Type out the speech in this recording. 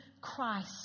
Christ